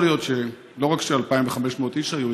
יכול להיות שלא רק ש-2,500 איש היו